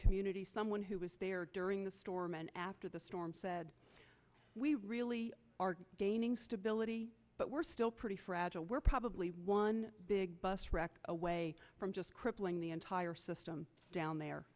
community someone who was there during the storm and after the storm said we really are gaining stability but we're still pretty fragile we're probably one big bus wreck away from just crippling the entire system down there